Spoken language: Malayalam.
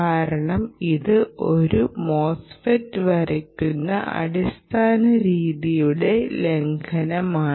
കാരണം ഇത് ഒരു മോസ്ഫെറ്റ് വരയ്ക്കുന്ന അടിസ്ഥാന രീതിയുടെ ലംഘനമാണ്